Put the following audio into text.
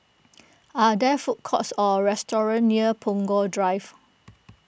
are there food courts or restaurants near Punggol Drive